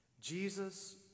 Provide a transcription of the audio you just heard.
Jesus